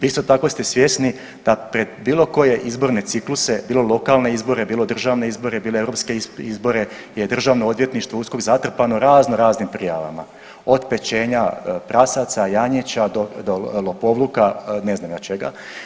Isto tako ste svjesni da pred bilo koje izborne cikluse bilo lokalne izbore, bilo državne izbore, bilo europske izbore je Državno odvjetništvo, USKOK zatrpano razno raznim prijavama od pečenja prasaca, janjaca do lopovluka, ne znam ja čega.